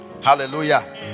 Hallelujah